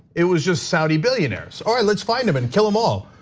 it was just saudi billionaires, all right, let's find them and kill them all.